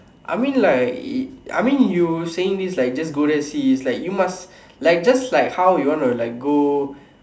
I mean like I mean you saying this like just go there see is like you must like just like how you want to like go